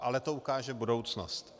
Ale to ukáže budoucnost.